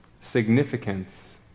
significance